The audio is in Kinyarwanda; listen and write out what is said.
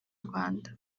rwanda